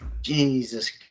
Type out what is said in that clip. Jesus